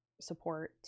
support